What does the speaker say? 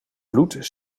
vloed